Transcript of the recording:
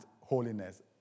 holiness